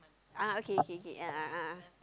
a'ah okay K K a'ah ah